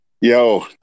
Yo